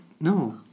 No